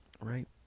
right